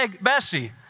Bessie